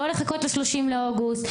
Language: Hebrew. לא לחכות ל-30 באוגוסט,